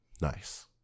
nice